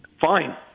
fine